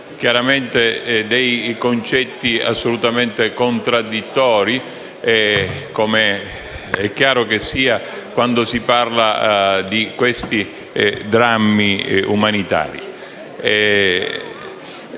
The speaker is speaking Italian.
chiaramente dei concetti assolutamente contraddittori, come è chiaro che sia quando si parla di questi drammi umanitari.